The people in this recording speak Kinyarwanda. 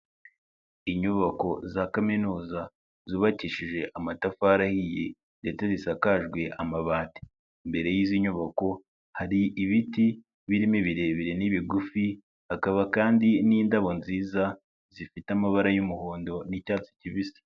Inyubako za Kaminuza zubakishije amatafari ahiye ndetse zisakajwe amabati. Imbere y'izi nyubako, hari ibiti birimo ibirebire n'ibigufi, hakaba kandi n'indabo nziza zifite amabara y'umuhondo n'icyatsi kibisi.